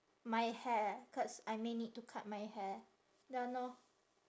my hair cause I may need to cut my hair done lor